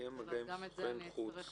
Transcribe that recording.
את זה אני אצטרך